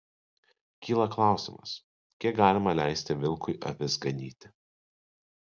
kyla klausimas kiek galima leisti vilkui avis ganyti